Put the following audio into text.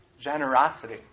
generosity